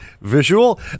visual